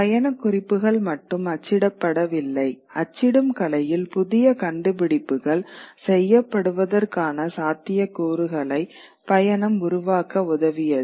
பயணக் குறிப்புகள் மட்டும் அச்சிடப்படவில்லை அச்சிடும் கலையில் புதிய கண்டுபிடிப்புகள் செய்யப்படுவதற்கான சாத்தியக் கூறுகளை பயணம் உருவாக்க உதவியது